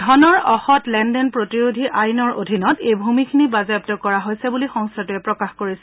ধনৰ অসং লেনদেন প্ৰতিৰোধী আইনৰ অধীনত এই ভূমিখিনি বাজেয়াপ্ত কৰা হৈছে বুলি সংস্থাটোৱে প্ৰকাশ কৰিছে